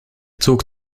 zog